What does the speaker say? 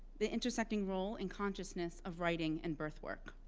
the intersecting role in consciousness of writing and birth work.